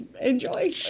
Enjoy